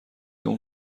اون